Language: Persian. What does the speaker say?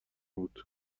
بود